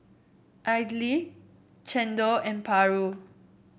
idly chendol and paru